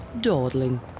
dawdling